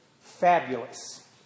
fabulous